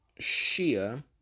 Shia